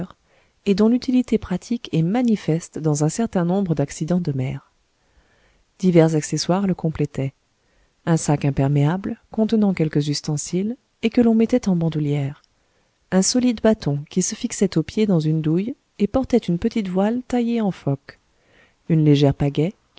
et dont l'utilité pratique est manifeste dans un certain nombre d'accidents de mer divers accessoires le complétaient un sac imperméable contenant quelques ustensiles et que l'on mettait en bandoulière un solide bâton qui se fixait au pied dans une douille et portait une petite voile taillée en foc une légère pagaie